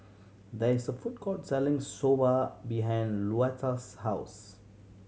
there is a food court selling Soba behind Luetta's house